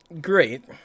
great